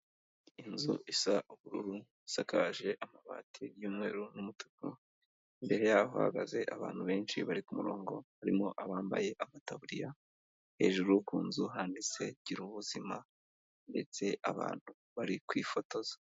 Inzu isa ubururu isakaje amabati y'umweru n'umutuku, imbere yaho hahagaze abantu benshi bari ku murongo, harimo abambaye amataburiya, hejuru ku nzu handitse gira ubuzima ndetse abantu bari kwifotoza.